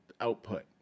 output